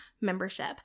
membership